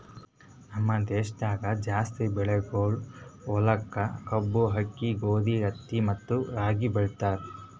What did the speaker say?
ನಮ್ ದೇಶದಾಗ್ ಜಾಸ್ತಿ ಬೆಳಿಗೊಳ್ ಒಳಗ್ ಕಬ್ಬು, ಆಕ್ಕಿ, ಗೋದಿ, ಹತ್ತಿ ಮತ್ತ ರಾಗಿ ಬೆಳಿತಾರ್